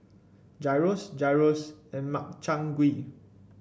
Gyros Gyros and Makchang Gui